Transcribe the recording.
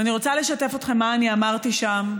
ואני רוצה לשתף אתכם במה שאני אמרתי שם,